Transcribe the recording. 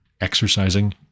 exercising